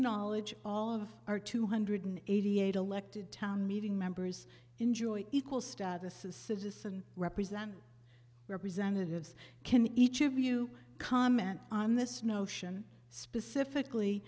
knowledge all of our two hundred eighty eight elected town meeting members enjoy equal status as citizen represent representatives can each of you comment on this notion specifically